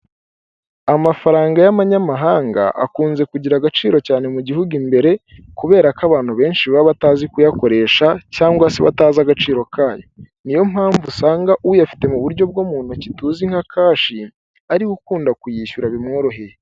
Amafaranga y'abanyamahanga akunze kugira agaciro cyane mu gihugu imbere kubera ko abantu benshi baba batazi kuyakoresha cyangwa se batazi agaciro kayo, niyo mpamvu usanga uyafite mu buryo bwo mu ntoki tuzi nka kashi ariwe ukunda kuyishyura bimworoheye.